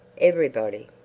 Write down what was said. everybody!